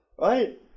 right